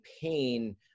pain